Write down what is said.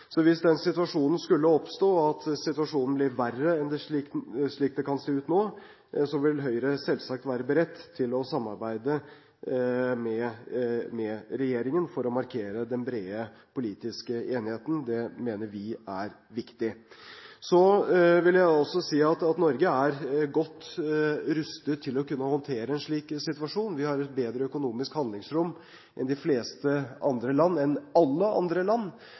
Så vil jeg også si at Norge er godt rustet til å kunne håndtere en slik situasjon. Vi har bedre økonomisk handlingsrom enn alle andre land,